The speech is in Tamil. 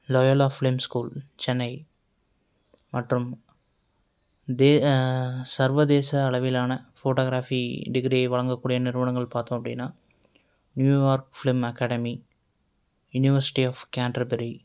லொயோலா ஃபிலிம் ஸ்கூல் சென்னை மற்றும் சர்வதேச அளவிலான போட்டோகிராபி டிகிரியை வழங்கக்கூடிய நிறுவனங்கள் பார்த்தோம் அப்படின்னா New York film academy university of Canterbury